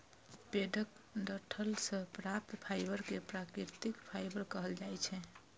पेड़क डंठल सं प्राप्त फाइबर कें प्राकृतिक फाइबर कहल जाइ छै